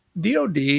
DoD